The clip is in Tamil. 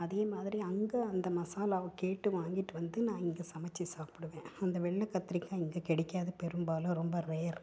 அதே மாதிரி அங்கே அந்த மசாலாவை கேட்டு வாங்கிட்டு வந்து நான் இங்கே சமைச்சி சாப்பிடுவேன் அந்த வெள்ளைக் கத்திரிக்காய் இங்கே கிடைக்காது பெரும்பாலும் ரொம்ப ரேர்